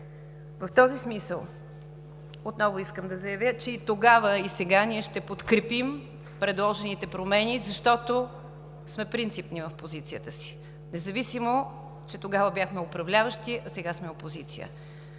В този смисъл отново искам да заявя, че и тогава, и сега ние ще подкрепим предложените промени, защото сме принципни в позицията си, независимо че тогава бяхме управляващи, а сега сме опозиция.